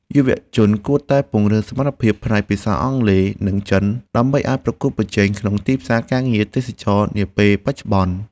យុវជនគួរតែពង្រឹងសមត្ថភាពផ្នែកភាសាអង់គ្លេស និងចិន ដើម្បីអាចប្រកួតប្រជែងក្នុងទីផ្សារការងារទេសចរណ៍នាពេលបច្ចុប្បន្ន។